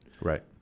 Right